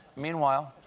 meanwhile,